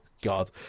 God